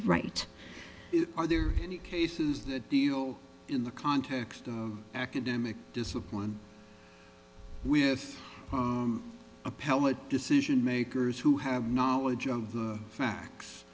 right are there any cases that deal in the context of academic discipline with appellate decision makers who have knowledge of the facts